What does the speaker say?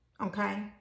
Okay